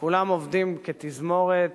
כולם עובדים כתזמורת